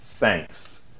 Thanks